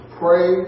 pray